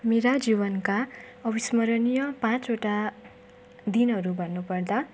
मेरा जीवनका अविस्मरणीय पाँचवटा दिनहरू भन्नु पर्दा